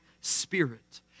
spirit